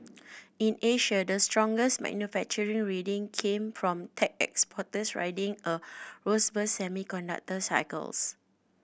in Asia the strongest manufacturing reading came from tech exporters riding a robust semiconductor cycles